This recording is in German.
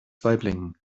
waiblingen